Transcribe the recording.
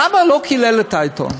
למה לא קילל את האתון?